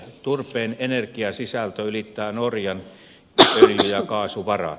turpeen energiasisältö ylittää norjan öljy ja kaasuvarat